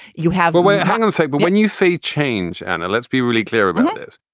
you have a way hang on a sec. but when you say change and let's be really clear about this,